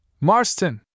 Marston